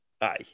Aye